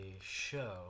show